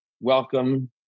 Welcome